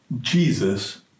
Jesus